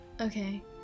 Okay